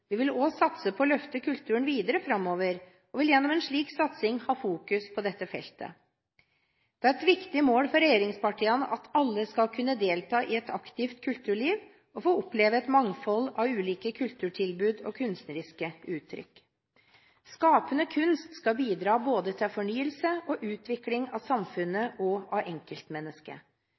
Vi vil også satse på å løfte kulturen videre framover og vil gjennom en slik satsing ha fokus på dette feltet. Det er et viktig mål for regjeringspartiene at alle skal kunne delta i et aktivt kulturliv og få oppleve et mangfold av ulike kulturtilbud og kunstneriske uttrykk. Skapende kunst skal bidra til både fornyelse og utvikling av samfunnet og av enkeltmennesket,